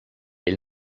ell